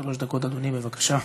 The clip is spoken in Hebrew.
שלוש דקות, אדוני, בבקשה.